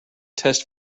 test